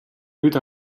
nüüd